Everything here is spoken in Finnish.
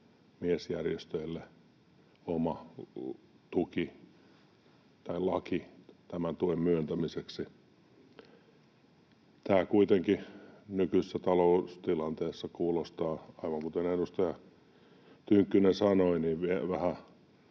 miesjärjestöille oma tuki tai laki tämän tuen myöntämiseksi. Tämä kuitenkin nykyisessä taloustilanteessa kuulostaa, aivan kuten edustaja Tynkkynen sanoi,